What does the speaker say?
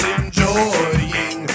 enjoying